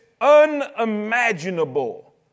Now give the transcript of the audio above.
unimaginable